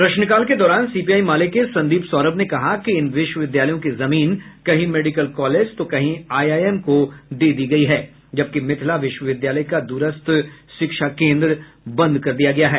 प्रश्न काल के दौरान सीपीआई माले के संदीप सौरभ ने कहा कि इन विश्वविद्यालयों की जमीन कहीं मेडिकल कालेज तो कहीं आईआईएम को दे दिया गया है जबकि मिथिला विश्वविद्यालय का दूरस्थ शिक्षा केंद्र बंद कर दिया है